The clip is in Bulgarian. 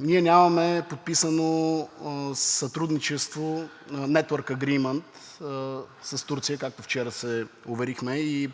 ние нямаме подписано сътрудничество Нетуърк агриймънт с Турция, както вчера се уверихме и